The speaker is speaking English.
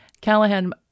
Callahan